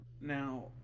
now